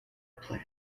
plan